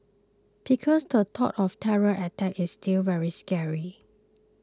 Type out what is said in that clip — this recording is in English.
because the thought of terror attacks is still very scary